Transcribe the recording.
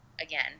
again